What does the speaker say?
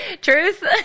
Truth